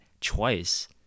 twice